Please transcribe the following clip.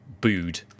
booed